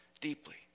deeply